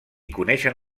coneixen